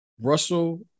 Russell